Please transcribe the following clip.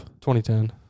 2010